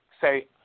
say